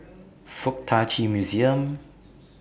Fuk Tak Chi Museum